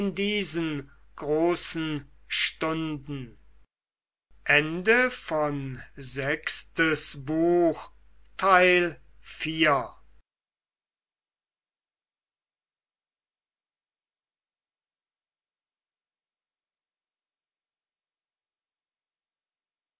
diesen großen stunden